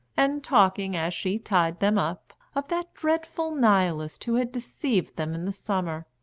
and talking, as she tied them up, of that dreadful nihilist who had deceived them in the summer.